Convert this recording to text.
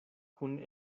kun